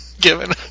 given